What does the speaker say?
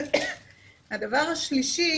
הדבר השלישי